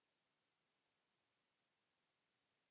Kiitos.